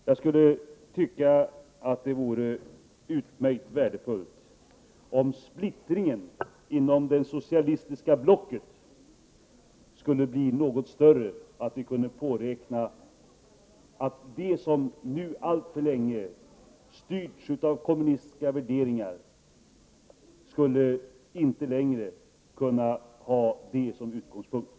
Jag tycker att det vore utmärkt värdefullt om splittringen inom det socialistiska blocket skulle bli något större, så att vi kunde påräkna att man inte längre som utgångspunkt skulle ha den inriktning av politiken som nu alltför länge styrts av kommunistiska värderingar.